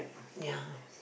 ya